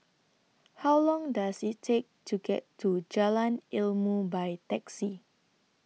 How Long Does IT Take to get to Jalan Ilmu By Taxi